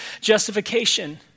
justification